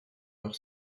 leur